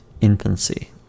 infancy